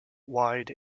wide